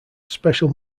special